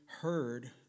heard